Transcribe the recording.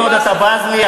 כל עוד אתה בז לי,